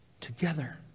together